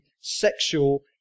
sexual